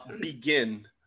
Begin